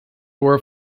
were